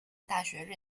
大学